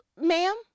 ma'am